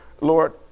lord